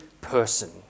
person